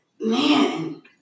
man